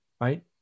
right